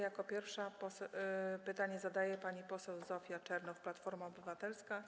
Jako pierwsza pytanie zadaje pani poseł Zofia Czernow, Platforma Obywatelska.